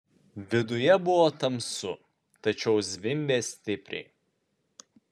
viduje buvo tamsu tačiau zvimbė stipriai